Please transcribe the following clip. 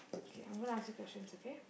okay I'm gona ask you questions okay